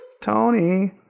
Tony